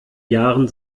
jahren